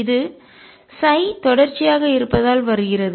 இது தொடர்ச்சியாக இருப்பதால் வருகிறது